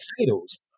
titles